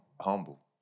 humble